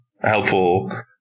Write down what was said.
helpful